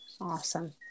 Awesome